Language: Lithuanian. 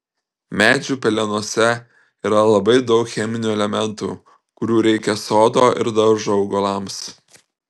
medžių pelenuose yra labai daug cheminių elementų kurių reikia sodo ir daržo augalams